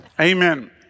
Amen